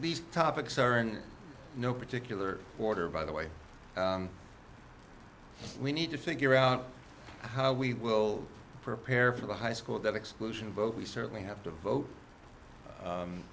these topics are in no particular order by the way we need to figure out how we will prepare for the high school that exclusion both we certainly have to